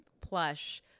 plush